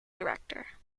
director